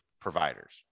providers